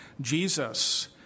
Jesus